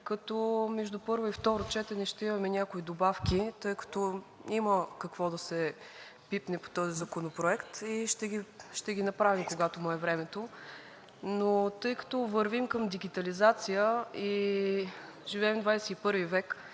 като между първо и второ четене ще имаме някои добавки, тъй като има какво да се пипне по този законопроект, и ще ги направим, когато му е времето. Тъй като вървим към дигитализация и живеем в 21-ви век,